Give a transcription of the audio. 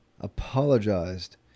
apologized